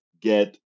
get